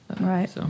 Right